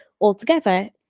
Altogether